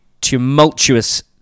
tumultuous